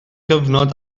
gyfnod